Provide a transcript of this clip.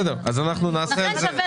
בסדר, אנחנו נעשה על זה דיון מסודר.